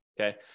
Okay